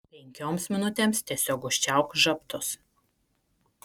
penkioms minutėms tiesiog užčiaupk žabtus